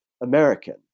American